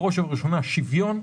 בראש ובראשונה שוויון,